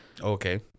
Okay